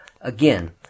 again